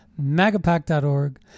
magapack.org